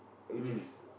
which is